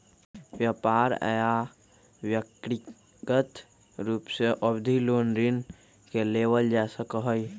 व्यापार या व्यक्रिगत रूप से अवधि लोन ऋण के लेबल जा सका हई